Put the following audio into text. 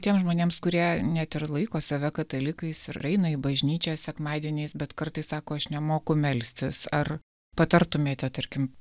tiems žmonėms kurie net ir laiko save katalikais ir eina į bažnyčią sekmadieniais bet kartais sako aš nemoku melstis ar patartumėte tarkim